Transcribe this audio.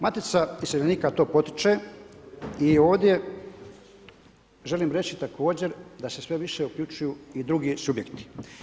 Matica iseljenika to potiče i ovdje želim reći također da se sve više uključuju i drugi subjekti.